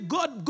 God